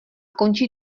končí